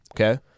okay